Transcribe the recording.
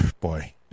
boy